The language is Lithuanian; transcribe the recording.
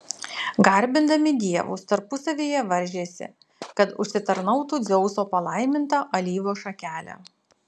garbindami dievus tarpusavyje varžėsi kad užsitarnautų dzeuso palaimintą alyvos šakelę